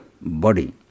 body